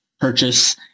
purchase